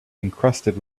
encrusted